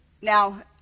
Now